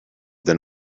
than